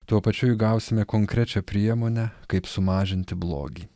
tuo pačiu įgausime konkrečią priemonę kaip sumažinti blogį